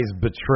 betray